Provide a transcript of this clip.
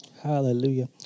Hallelujah